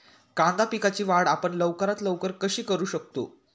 कांदा पिकाची वाढ आपण लवकरात लवकर कशी करू शकतो?